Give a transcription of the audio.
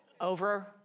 over